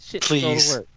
Please